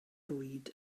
fwyd